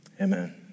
Amen